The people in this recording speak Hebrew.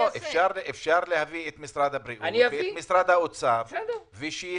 אפשר להביא את משרדי הבריאות והאוצר ושייתנו